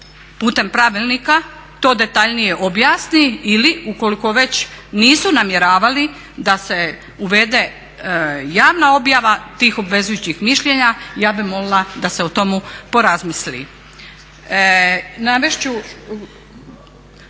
putem pravilnika to detaljnije objasni ili ukoliko već nisu namjeravali da se uvede javna objava tih obvezujućih mišljenja. Ja bih molila da se o tomu porazmisli.